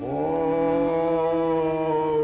more